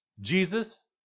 Jesus